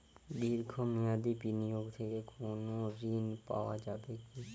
দীর্ঘ মেয়াদি বিনিয়োগ থেকে কোনো ঋন পাওয়া যাবে কী?